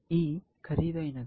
E ఖరీదైనది